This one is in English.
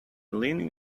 leaning